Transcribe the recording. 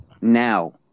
now